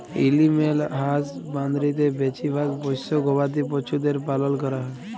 animal হাসবাঁদরিতে বেছিভাগ পোশ্য গবাদি পছুদের পালল ক্যরা হ্যয়